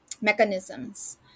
mechanisms